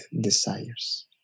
desires